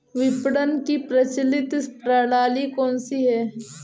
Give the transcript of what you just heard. विपणन की प्रचलित प्रणाली कौनसी है?